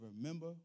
remember